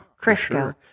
Crisco